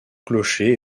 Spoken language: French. clocher